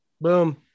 boom